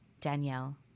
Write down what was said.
Danielle